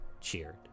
cheered